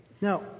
Now